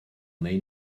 neu